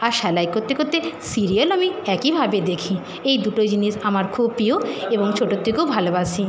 আর স্যালাই করতে করতে সিরিয়াল আমি একইভাবে দেখি এই দুটোই জিনিস আমার খুব প্রিয় এবং ছোটো থেকেও ভালোবাসি